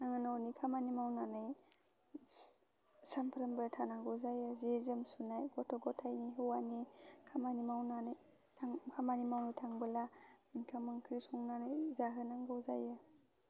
आङो न'नि खामानि मावनानै सामफ्रामबो थानांगौ जायो जि जोम सुनाय गथ' ग'थायनि हौवानि खामानि मावनानै थां खामानि मावनो थांबोला ओंखाम ओंख्रि संनानै जाहोनांगौ जायो